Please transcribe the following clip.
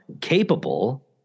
capable